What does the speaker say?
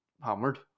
hammered